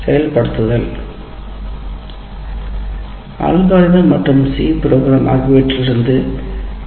செயல்படுத்தல் அல்காரிதம் மற்றும் சி ஆகியவற்றிலிருந்து எடுத்துக்காட்டுகளை வழங்க 10 நிமிடங்கள் ஆகும்